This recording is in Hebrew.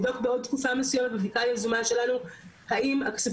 האם הכספים האלה צריכים להיות נתונים להעברה או עדיין לא,